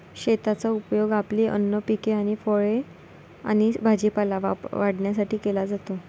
शेताचा उपयोग आपली अन्न पिके आणि फळे आणि भाजीपाला वाढवण्यासाठी केला जातो